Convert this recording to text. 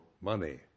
money